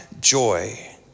joy